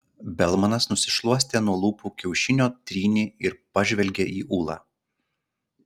belmanas nusišluostė nuo lūpų kiaušinio trynį ir pažvelgė į ūlą